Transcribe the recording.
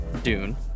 dune